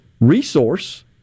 resource